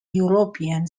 european